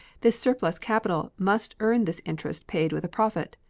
this surplus capital must earn this interest paid with a profit.